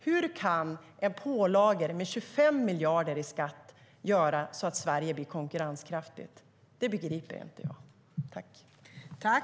Hur kan pålagor med 25 miljarder i skatt göra så att Sverige blir konkurrenskraftigt? Det begriper inte jag.